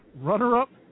Runner-up